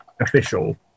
official